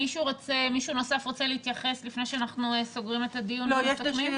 מישהו נוסף רוצה להתייחס לפני אנחנו סוגרים את הדיון ומסכמים?